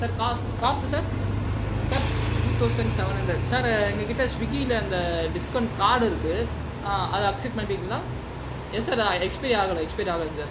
sir cost cost sir sir two thousand seven hundred sir எங்கள் கிட்டே ஸ்விகியில் அந்த டிஸ்கவுண்ட் கார்டு இருக்குது அதை அக்சப்ட் பண்ணிக்குவீங்களா எஸ் சார் எக்ஸ்பைரி ஆகலை எக்ஸ்பைரி ஆகலை சார்